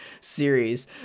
series